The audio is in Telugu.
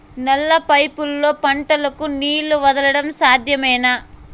నల్ల పైపుల్లో పంటలకు నీళ్లు వదలడం సాధ్యమేనా?